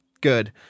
Good